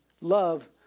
love